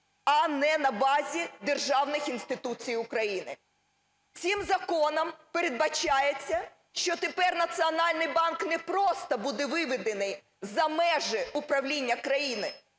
а не на базі державних інституцій України. Цим законом передбачається, що тепер Національний банк не просто буде виведений за межі управління країни,